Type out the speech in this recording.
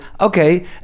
okay